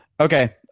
Okay